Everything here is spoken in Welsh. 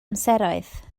amseroedd